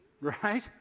right